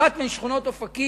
אחת משכונות אופקים,